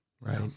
Right